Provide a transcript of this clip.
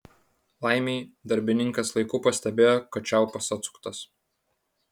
laimei darbininkas laiku pastebėjo kad čiaupas atsuktas